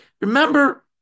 remember